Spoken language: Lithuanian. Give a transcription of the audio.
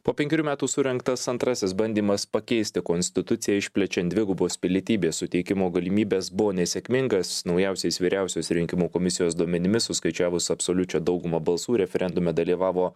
po penkerių metų surengtas antrasis bandymas pakeisti konstituciją išplečiant dvigubos pilietybės suteikimo galimybes buvo nesėkmingas naujausiais vyriausiosios rinkimų komisijos duomenimis suskaičiavus absoliučią daugumą balsų referendume dalyvavo